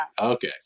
Okay